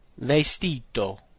vestito